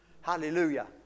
Hallelujah